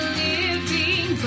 living